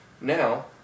Now